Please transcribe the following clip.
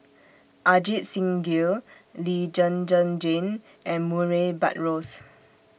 Ajit Singh Gill Lee Zhen Zhen Jane and Murray Buttrose